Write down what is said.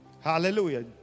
Hallelujah